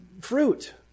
fruit